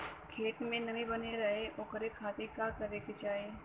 खेत में नमी बनल रहे ओकरे खाती का करे के चाही?